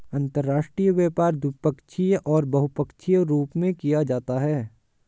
अंतर्राष्ट्रीय व्यापार द्विपक्षीय और बहुपक्षीय रूप में किया जाता है